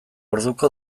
orduko